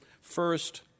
first